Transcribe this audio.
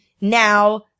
now